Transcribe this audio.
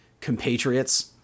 compatriots